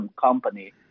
company